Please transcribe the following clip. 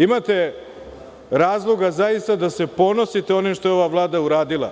Imate razloga zaista da se ponosite onim što je ova Vlada uradila,